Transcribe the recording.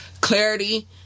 clarity